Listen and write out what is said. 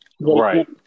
Right